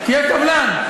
תהיה סבלן.